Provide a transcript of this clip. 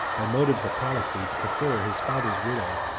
by motives of policy, to prefer his father's widow,